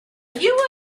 you